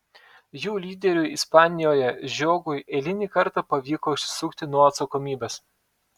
jų lyderiui ispanijoje žiogui eilinį kartą pavyko išsisukti nuo atsakomybės